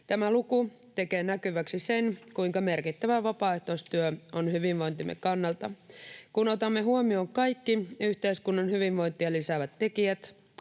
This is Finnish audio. Tämä luku tekee näkyväksi sen, kuinka merkittävää vapaaehtoistyö on hyvinvointimme kannalta. Kun otamme huomioon kaikki yhteiskunnan hyvinvointia lisäävät tekijät,